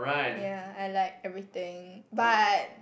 ya I like everything but